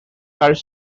are